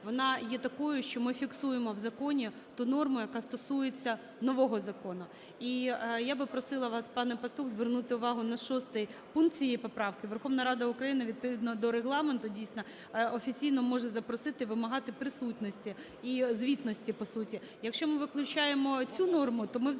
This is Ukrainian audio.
вона є такою, що ми фіксуємо в законі ту норму, яка стосується нового закону. І я би просила вас, пане Пастух, звернути увагу на шостий пункт цієї поправки. Верховна Рада України відповідно до Регламенту, дійсно, офіційно може запросити вимагати присутності і звітності, по суті. Якщо ми виключаємо цю норму, то ми взагалі